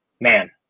Man